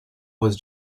was